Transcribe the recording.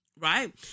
right